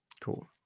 Cool